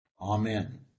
Amen